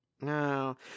No